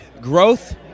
growth